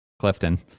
clifton